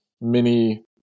mini